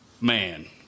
man